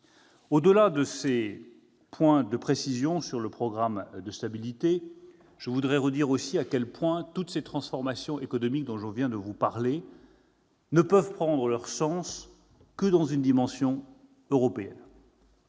Au-delà de ces précisions sur le programme de stabilité, je voudrais aussi redire à quel point toutes les transformations économiques que je viens d'évoquer ne peuvent prendre leur sens que dans une dimension européenne.